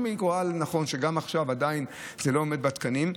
אם היא רואה לנכון שגם עכשיו זה עדיין לא עומד בתקנים,